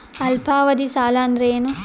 ಅಲ್ಪಾವಧಿ ಸಾಲ ಅಂದ್ರ ಏನು?